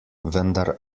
vendar